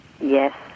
Yes